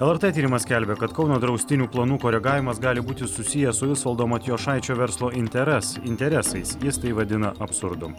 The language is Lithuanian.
lrt tyrimas skelbia kad kauno draustinių planų koregavimas gali būti susijęs su visvaldo matijošaičio verslo interes interesais jis tai vadina absurdu